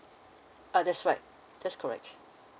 uh that's right that's correct